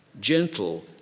gentle